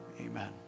Amen